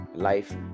life